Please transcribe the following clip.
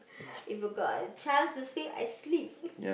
if you got a chance to sleep I sleep